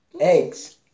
Eggs